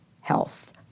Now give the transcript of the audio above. health